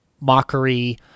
mockery